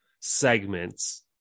segments